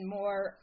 more